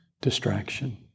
distraction